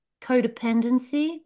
codependency